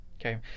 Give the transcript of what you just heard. Okay